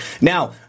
Now